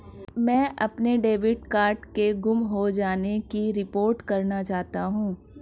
मैं अपने debit card के गुम हो जाने की रिपोर्ट करना चाहता हूँ